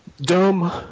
Dumb